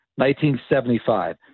1975